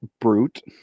Brute